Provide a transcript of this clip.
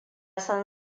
san